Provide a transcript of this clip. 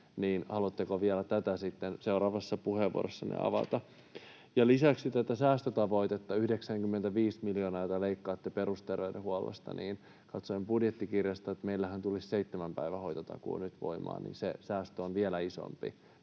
Haluatteko vielä tätä sitten seuraavassa puheenvuorossanne avata? Lisäksi tästä säästötavoitteesta, 95 miljoonasta, jonka leikkaatte perusterveydenhuollosta: Katsoin budjettikirjasta, että meillähän tulisi seitsemän päivän hoitotakuu nyt voimaan, niin että se säästö,